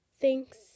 thanks